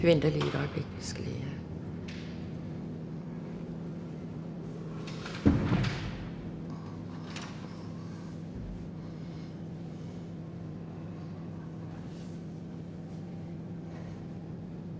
Hvad er det